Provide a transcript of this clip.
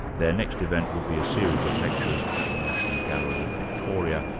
their next event will be a series of lectures at the national gallery of victoria,